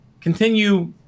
continue